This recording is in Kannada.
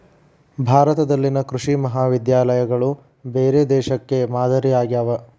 ಭಾರತದಲ್ಲಿನ ಕೃಷಿ ಮಹಾವಿದ್ಯಾಲಯಗಳು ಬೇರೆ ದೇಶಕ್ಕೆ ಮಾದರಿ ಆಗ್ಯಾವ